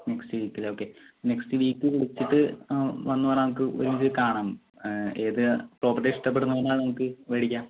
next വീക്കിൽ okay next week വെച്ചിട്ട് വന്നു വേണേ നമുക്ക് ഒരുമിച്ച് പോയി കാണാം ഏതു പ്രോപ്പർട്ടിയാണ് ഇഷ്ടപെടുന്നതെന്നൽ നമുക്ക് മേടിക്കാം